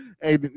Hey